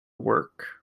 work